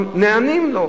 אלא גם נענים לו,